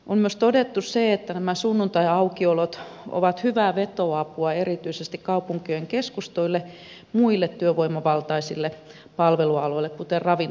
on myös todettu se että nämä sunnuntaiaukiolot ovat hyvää vetoapua erityisesti kaupunkien keskustoille muille työvoimavaltaisille palvelualoille kuten ravintola alalle